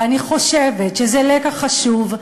ואני חושבת שזה לקח חשוב,